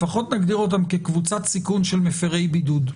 לפחות נגדיר אותם כקבוצת סיכון של מפרי בידוד.